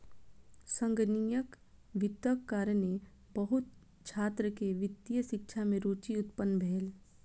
संगणकीय वित्तक कारणेँ बहुत छात्र के वित्तीय शिक्षा में रूचि उत्पन्न भेल